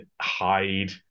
hide